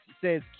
says